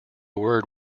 word